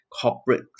corporate